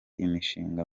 imishinga